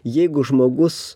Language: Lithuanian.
jeigu žmogus